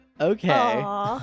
Okay